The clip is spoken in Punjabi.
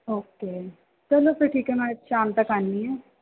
ਓਕੇ ਚਲੋ ਫਿਰ ਠੀਕ ਹੈ ਮੈਂ ਸ਼ਾਮ ਤੱਕ ਆਉਂਂਦੀ ਹਾਂ